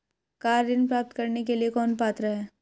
Car ऋण प्राप्त करने के लिए कौन पात्र है?